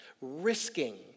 risking